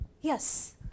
Yes